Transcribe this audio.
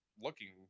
looking